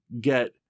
get